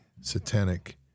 satanic